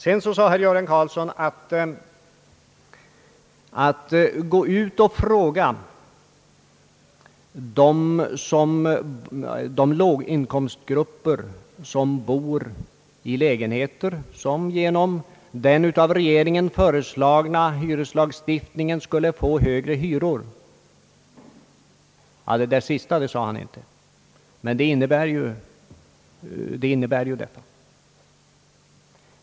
Vidare sade herr Göran Karlsson att vi borde gå ut och fråga de låginkomstgrupper som bor i lägenheter, vilka genom den av regeringen föreslagna hyreslagstiftningen skulle få högre hyror. Det där sista sade han inte, men innebörden är ju den.